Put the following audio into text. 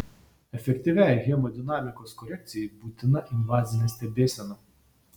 efektyviai hemodinamikos korekcijai būtina invazinė stebėsena